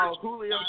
Julio